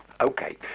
Okay